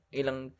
ilang